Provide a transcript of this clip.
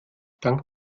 dank